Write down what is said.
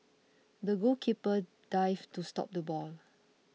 the goalkeeper dived to stop the ball